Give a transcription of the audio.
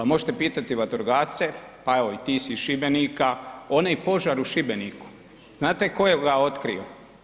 Možete pitati i vatrogasce, pa evo i ti si iz Šibenika, onaj požar u Šibeniku znate tko ga je otkrio?